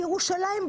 בירושלים,